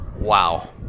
wow